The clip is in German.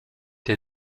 der